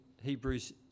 Hebrews